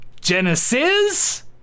Genesis